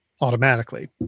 automatically